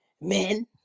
men